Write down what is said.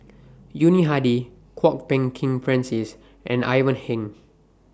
Yuni Hadi Kwok Peng Kin Francis and Ivan Heng